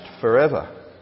forever